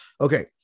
Okay